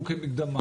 כמקדמה?